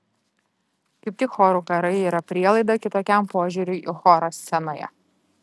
kaip tik chorų karai yra prielaida kitokiam požiūriui į chorą scenoje